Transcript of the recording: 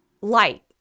light